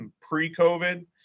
pre-COVID